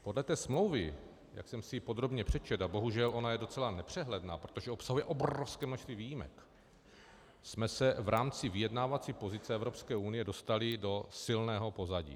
Podle té smlouvy, jak jsem si ji podrobně přečetl, a bohužel ona je docela nepřehledná, protože obsahuje obrovské množství výjimek, jsme se v rámci vyjednávací pozice Evropské unie dostali do silného pozadí.